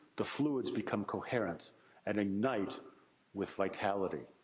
the fluids become coherent and ignite with vitality.